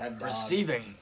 Receiving